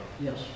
Yes